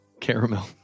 Caramel